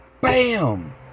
BAM